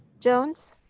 jones,